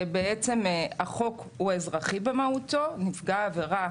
החוק הוא אזרחי במהותו נפגע העבירה